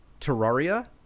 terraria